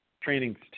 trainings